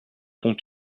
pont